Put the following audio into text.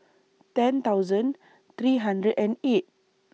ten thousand three hundred and eight